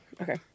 Okay